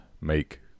make